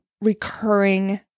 recurring